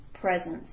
presence